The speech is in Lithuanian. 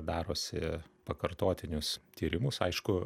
darosi pakartotinius tyrimus aišku